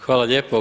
Hvala lijepo.